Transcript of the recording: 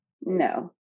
no